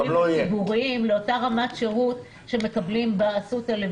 הציבוריים לאותה רמת שירות שמקבלים באסותא.